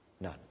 None